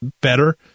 better